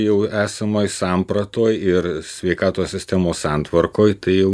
jau esamoj sampratoj ir sveikatos sistemos santvarkoj tai jau